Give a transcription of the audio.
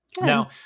now